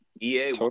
EA